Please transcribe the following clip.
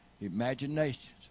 imaginations